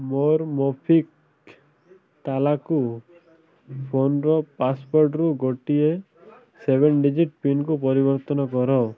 ମୋର ମୋବିକ୍ଵିକ୍ ତାଲାକୁ ଫୋନର ପାସୱାର୍ଡ଼ରୁ ଗୋଟିଏ ସେଭେନ୍ ଡିଜିଟ୍ ପିନ୍କୁ ପରିବର୍ତ୍ତନ କର